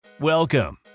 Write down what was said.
Welcome